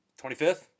25th